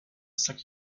cinq